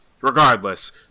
regardless—